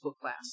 class